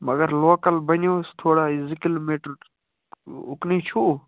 مگر لوکَل بَنیو حظ تھوڑا زٕ کِلوٗمیٖٹَر اُکنُے چھُو